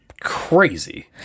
crazy